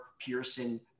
Pearson